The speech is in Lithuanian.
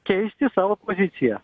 keisti savo poziciją